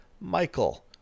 Michael